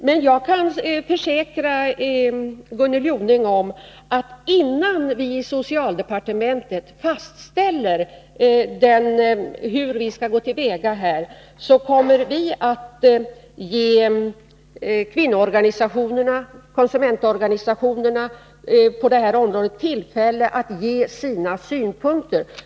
Men jag kan försäkra Gunnel Jonäng om att innan vi i socialdepartementet fastställer hur vi skall gå till väga kommer vi att ge kvinnoorganisationerna och konsumentorganisationerna på detta område tillfälle att framföra sina : S marknadsföring synpunkter.